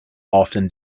often